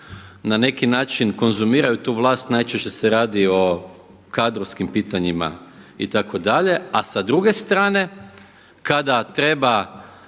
na neki način konzumiraju tu vlast najčešće se radi o kadrovskim pitanjima itd., a sa druge strane kada treba